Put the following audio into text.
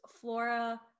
flora